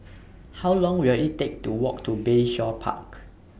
How Long Will IT Take to Walk to Bayshore Park